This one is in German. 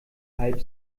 halb